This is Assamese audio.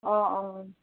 অঁ অঁ